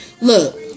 look